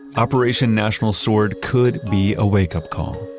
operational national sword could be a wakeup call.